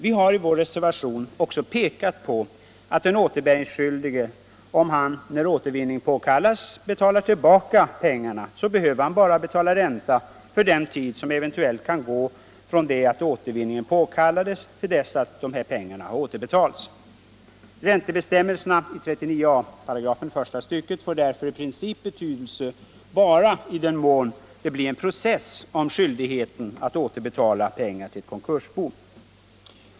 Vi har i vår reservation också pekat på att den återbäringsskyldige om han, när återvinning påkallas, betalar tillbaka pengarna, bara behöver erlägga ränta för den tid som eventuellt kan förflyta från det att återvinningen påkallades till dess att medlen återbetalats. Räntebestämmelsen i 39 a §, första stycket, får därför i princip betydelse bara i den mån det blir en process om skyldigheten att återbetala pengar till ett konkursbo.